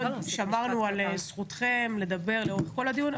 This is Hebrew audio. שמרנו על זכותכם לדבר לאורך כל הדיון,